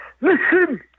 Listen